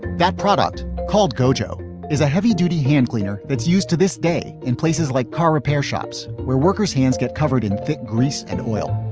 that product called gojo is a heavy duty hand cleaner that's used to this day in places like car repair shops where workers hands get covered in thick grease and oil